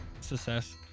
Success